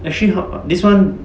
actually this [one]